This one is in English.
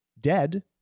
dead